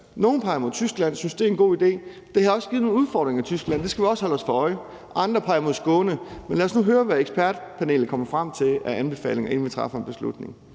Nogle peger imod Tyskland og synes, det er en god idé, men det har også givet os nogle udfordringer, og det skal vi også holde os for øje. Andre peger mod Skåne. Men lad os nu høre, hvad ekspertpanelet kommer frem til af anbefalinger, inden vi træffer en beslutning.